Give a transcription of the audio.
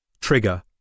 Trigger